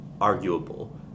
arguable